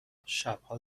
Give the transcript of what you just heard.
شبها